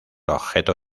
objeto